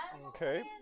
Okay